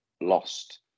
lost